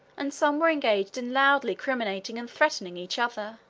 and some were engaged in loudly criminating and threatening each other.